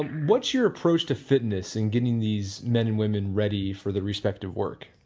and what's your approach to fitness in getting these men and women ready for the respective work?